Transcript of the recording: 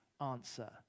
answer